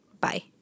Bye